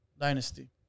Dynasty